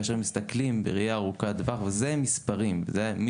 כאשר מסתכלים בראייה ארוכת טווח זה מספרים וזה אני